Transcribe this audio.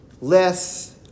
less